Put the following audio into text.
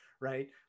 right